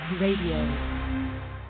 Radio